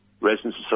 residents